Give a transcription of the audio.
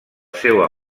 seua